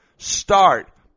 start